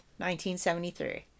1973